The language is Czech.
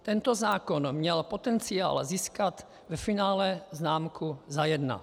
Tento zákon měl potenciál získat ve finále známku za jedna.